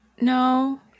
No